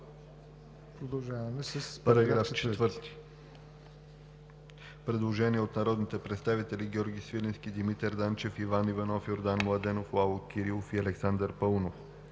По § 8 има предложение от народните представители Георги Свиленски, Димитър Данчев, Иван Иванов, Йордан Младенов, Лало Кирилов и Александър Паунов: